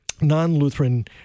non-Lutheran